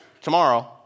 tomorrow